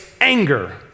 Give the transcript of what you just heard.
anger